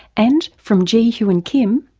and from jee hyun kim.